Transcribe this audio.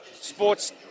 sports